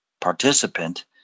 participant